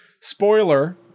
Spoiler